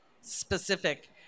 specific